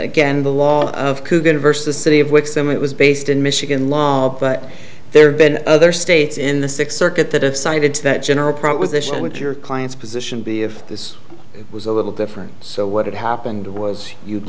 again the law of kugan versus the city of which some it was based in michigan law but there have been other states in the six circuit that have cited that general proposition with your clients position b if this was a little different so what had happened was you'